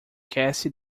cassie